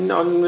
on